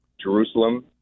Jerusalem